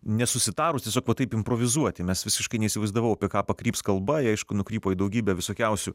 nesusitarus tiesiog va taip improvizuoti mes visiškai neįsivaizdavau apie ką pakryps kalba ji aišku nukrypo į daugybę visokiausių